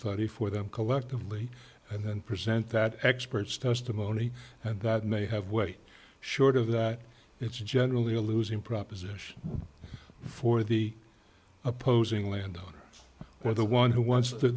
study for them collectively and then present that experts testimony that may have way short of that it's generally a losing proposition for the opposing land where the one who wants to